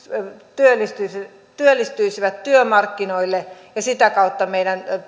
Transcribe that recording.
työllistyisivät työllistyisivät työmarkkinoille ja sitä kautta meidän